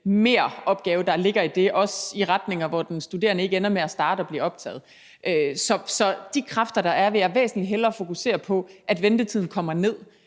meropgave, der ligger i det, også i forhold til situationer, hvor den studerende ender med ikke at starte eller blive optaget. Så med de kræfter, der er, vil jeg væsentlig hellere fokusere på, at ventetiden kommer ned.